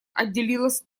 отделилось